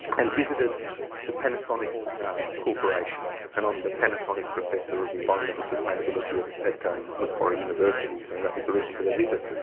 and visited the panasonic corporation and i'm um the panasonic professor of environmental sustainability at at um macquarie universities and that was the reason for the visit.